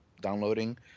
downloading